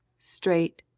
straight,